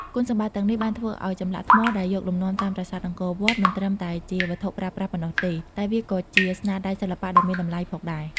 គុណសម្បត្តិទាំងនេះបានធ្វើឱ្យចម្លាក់ថ្មដែលយកលំនាំតាមប្រាសាទអង្គរវត្ត មិនត្រឹមតែជាវត្ថុប្រើប្រាស់ប៉ុណ្ណោះទេ តែវាក៏ជាស្នាដៃសិល្បៈដ៏មានតម្លៃផងដែរ។